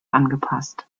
angepasst